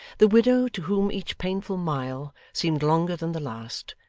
the widow, to whom each painful mile seemed longer than the last,